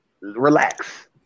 Relax